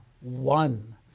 one